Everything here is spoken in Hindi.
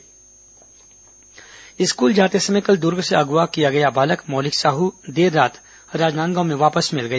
अगवा बालक बरामद स्कूल जाते समय कल दुर्ग से अगवा किया गया बालक मौलिक साहू देर रात राजनांदगांव में वापस मिल गया